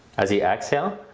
as you exhale,